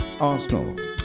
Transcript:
arsenal